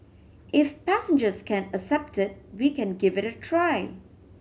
if passengers can accept it we can give it a try